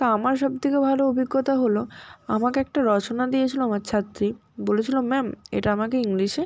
তা আমার সব থেকে ভালো অভিজ্ঞতা হলো আমাকে একটা রচনা দিয়েছিলো আমার ছাত্রী বলেছিলো ম্যাম এটা আমাকে ইংলিশে